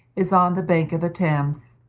is on the bank of the thames,